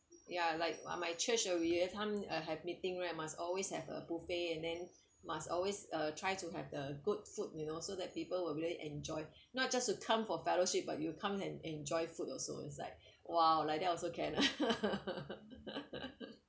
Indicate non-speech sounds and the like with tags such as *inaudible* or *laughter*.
ya like while my church uh we uh time uh have meeting right must always have a buffet and then must always uh try to have a good food you know so that people will be very enjoy not just to come for fellowship but you come and enjoy food also so it's like !wah! like that also can ah *laughs*